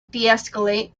deescalate